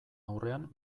aurrean